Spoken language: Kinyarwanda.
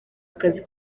akazi